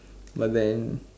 but then